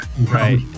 Right